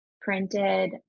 printed